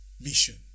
mission